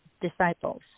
Disciples